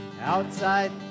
outside